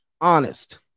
honest